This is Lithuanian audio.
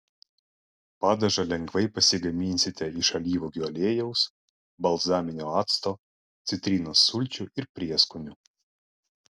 padažą lengvai pasigaminsite iš alyvuogių aliejaus balzaminio acto citrinos sulčių ir prieskonių